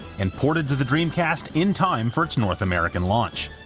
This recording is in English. and ported to the dreamcast in-time for its north american launch.